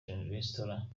restaurant